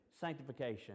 sanctification